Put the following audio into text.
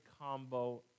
combo